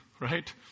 right